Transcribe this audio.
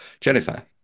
jennifer